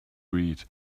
read